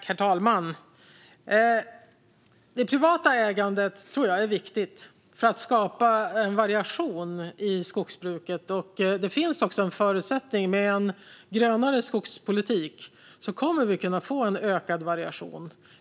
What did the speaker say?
Herr talman! Jag tror att det privata ägandet är viktigt för att skapa en variation i skogsbruket. Det finns också en förutsättning: Med en grönare skogspolitik kommer vi att kunna få en ökad variation.